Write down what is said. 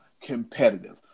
competitive